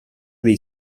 dei